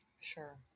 Sure